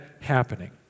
happening